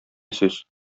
сүз